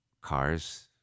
cars